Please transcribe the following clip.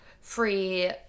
free